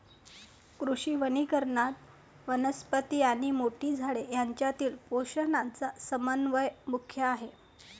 कृषी वनीकरणात, वनस्पती आणि मोठी झाडे यांच्यातील पोषणाचा समन्वय मुख्य आहे